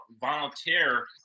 volunteer